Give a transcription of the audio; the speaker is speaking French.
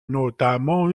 notamment